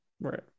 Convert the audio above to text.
Right